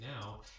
now